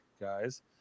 guys